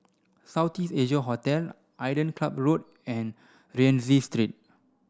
South East Asia Hotel Island Club Road and Rienzi Street